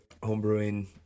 homebrewing